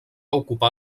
ocupar